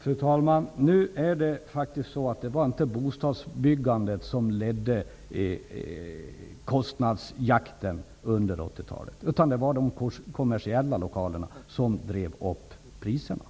Fru talman! Det var faktiskt inte bostadsbyggandet som var kostnadsledande på 80-talet. Det var i stället de kommersiella lokalerna som drev upp priserna.